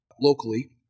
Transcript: locally